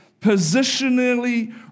positionally